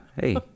Hey